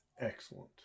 Excellent